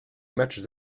matchs